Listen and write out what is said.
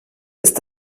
ist